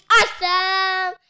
awesome